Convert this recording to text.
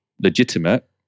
legitimate